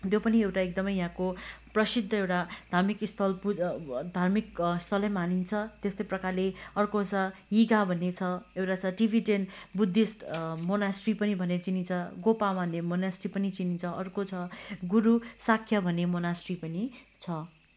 त्यो पनि एउटा एकदमै यहाँको प्रसिद्ध एउटा धार्मिक स्थल धार्मिक स्थलै मानिन्छ तेस्तै प्रकारले अर्को छ हिगा भन्ने छ एउटा छ टिबिटेन बुद्धिस्ट मोनास्ट्री पनि भनेर चिनिन्छ गोपा भन्ने मोनास्ट्री पनि चिनिन्छ अर्को छ गुरु साक्य भन्ने मोनास्ट्री पनि छ